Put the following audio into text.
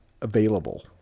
available